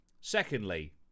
secondly